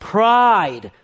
Pride